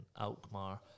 Alkmaar